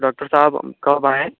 doctor साहब हम कब आएं